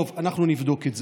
טוב, אנחנו נבדוק את זה.